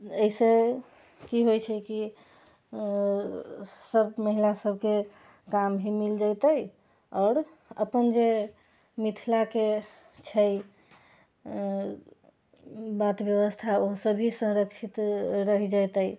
एहिसँ की होइत छै कि सभ महिला सभकेँ काम भी मिल जेतै आओर अपन जे मिथिलाके छै बात व्यवस्था ओसभ भी संरक्षित रहि जेतै